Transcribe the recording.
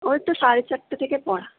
ওই তো সাড়ে চারটে থেকে পড়া